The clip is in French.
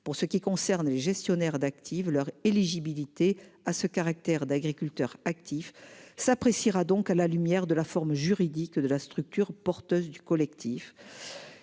pour ce qui concerne les gestionnaires d'actifs leur éligibilité à ce caractère d'agriculteurs actifs s'appréciera donc à la lumière de la forme juridique de la structure porteuse du collectif.